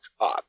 up